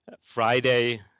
Friday